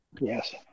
Yes